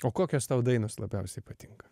o kokios tau dainos labiausiai patinka